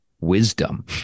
wisdom